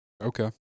Okay